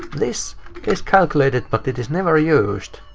this is calculated but it is never used.